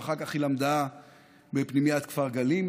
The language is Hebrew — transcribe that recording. ואחר כך היא למדה בפנימיית כפר גלים,